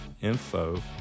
info